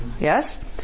Yes